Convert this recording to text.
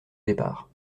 départ